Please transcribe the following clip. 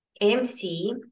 MC